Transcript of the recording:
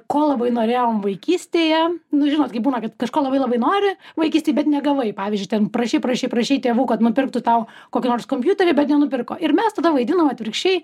ko labai norėjom vaikystėje nu žinot kaip būna kad kažko labai labai nori vaikystėj bet negavai pavyzdžiui ten prašei prašei prašei tėvų kad nupirktų tau kokį nors kompiuterį bet nenupirko ir mes tada vaidinom atvirkščiai